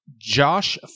Josh